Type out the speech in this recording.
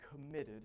committed